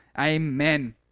Amen